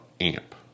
amp